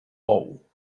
bou